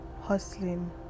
hustling